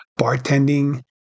bartending